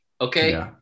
Okay